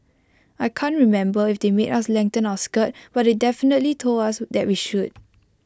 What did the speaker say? I can't remember if they made us lengthen our skirt but they definitely told us that we should